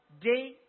day